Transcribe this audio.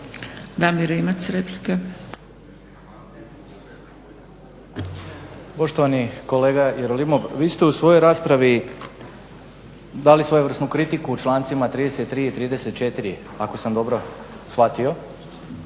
Damir Rimac, replika.